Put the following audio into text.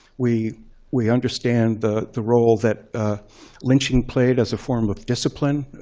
we we understand the the role that lynching played as a form of discipline,